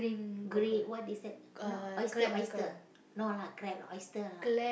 grey what is that no oyster oyster no lah crab lah oyster lah